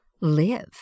live